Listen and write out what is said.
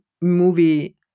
movie